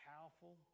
powerful